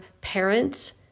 parents